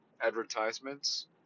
advertisements